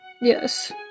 Yes